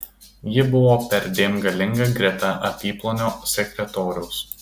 ji buvo perdėm galinga greta apyplonio sekretoriaus